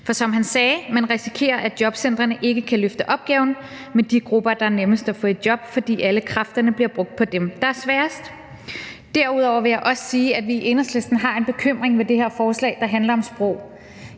for som han sagde: Man risikerer, at jobcentrene ikke kan løfte opgaven med de grupper, der er nemmest at få i job, fordi alle kræfterne bliver brugt på dem, der er sværest at få i job. Derudover vil jeg også sige, at vi i Enhedslisten har en bekymring over det her forslag, der handler om sprog.